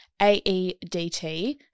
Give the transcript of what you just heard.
AEDT